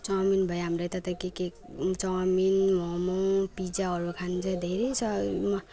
chowmein भयो हामीलाई त त के के चाउमिन मम पिज्जाहरू खान्छ धेरै छ